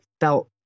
felt